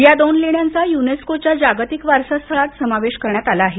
या दोन लेण्यांचा युनेस्को च्या जागतिक वारसा स्थळात समावेश करण्यात आला आहे